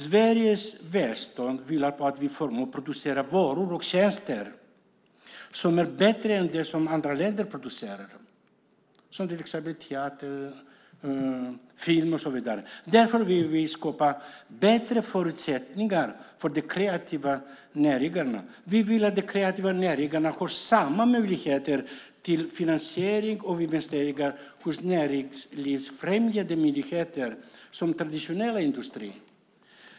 Sveriges välstånd vilar på att vi förmår producera varor och tjänster som är bättre än det som andra länder producerar, till exempel teater, film och så vidare. Därför vill vi skapa bättre förutsättningar för de kreativa näringarna. Vi vill att de kreativa näringarna ska ha samma möjligheter till finansiering och investeringar från näringslivsfrämjande myndigheter som den konventionella industrin.